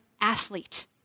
athlete